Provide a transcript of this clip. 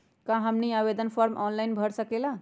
क्या हमनी आवेदन फॉर्म ऑनलाइन भर सकेला?